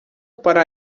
para